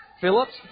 Phillips